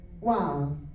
Wow